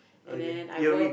and then I work